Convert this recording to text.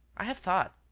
i have thought.